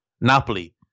Napoli